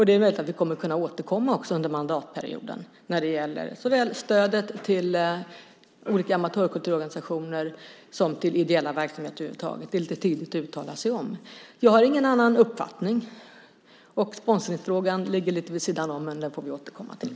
Det är möjligt att vi också kommer att kunna återkomma under mandatperioden när det gäller stödet såväl till olika amatörkulturorganisationer som till ideella verksamheter över huvud taget. Det är lite tidigt att uttala sig om. Jag har ingen annan uppfattning. Sponsringsfrågan ligger lite vid sidan om, men den får vi återkomma till.